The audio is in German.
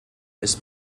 ist